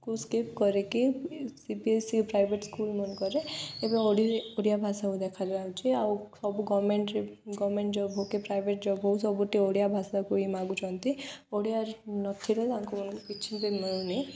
କୁ ସ୍କିପ୍ କରିକି C B S C private ସ୍କୁଲମାନଙ୍କରେ ଏବେ ଓଡ଼ିଆ ଭାଷାକୁ ଦେଖାଯାଉଛି ଆଉ ସବୁ ଗଭର୍ଣ୍ଣମେଣ୍ଟରେ ଗଭର୍ଣ୍ଣମେଣ୍ଟ ଜବ୍ ହେଉ କି ପ୍ରାଇଭେଟ୍ ଜବ୍ ହେଉ ସବୁଠେ ଓଡ଼ିଆ ଭାଷାକୁ ହି ମାଗୁଛନ୍ତି ଓଡ଼ିଆ ନଥିଲେ ତାଙ୍କୁ ମାନଙ୍କୁ କିଛି ବି ମିଳୁନି